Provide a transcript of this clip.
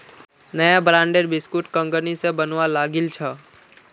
नया ब्रांडेर बिस्कुट कंगनी स बनवा लागिल छ